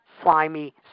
slimy